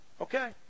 Okay